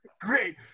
Great